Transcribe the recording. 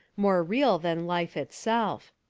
more real than life itself.